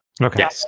Okay